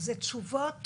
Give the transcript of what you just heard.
זה תשובות